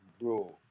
bro